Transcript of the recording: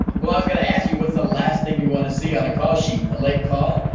well, i was gonna ask you what's the last thing you wanna see on a call sheet? a late call?